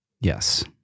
Yes